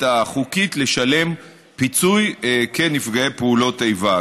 החוקית לשלם פיצוי כנפגעי פעולות איבה.